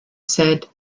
said